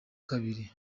kabiri